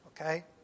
okay